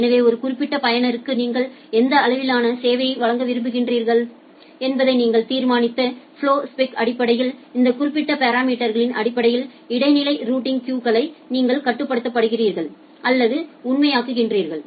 எனவே ஒரு குறிப்பிட்ட பயனருக்கு நீங்கள் எந்த அளவிலான சேவையை வழங்க விரும்புகிறீர்கள் என்பதை நீங்கள் தீர்மானித்த ஃப்லொ ஸ்பெக் அடிப்படையில் இந்த குறிப்பிட்ட பாராமீட்டர்களின் அடிப்படையில் இடைநிலை ரூட்டிங் கியூகளை நீங்கள் கட்டுப்படுத்துகிறீர்கள் அல்லது உள்ளமைக்கிறீர்கள்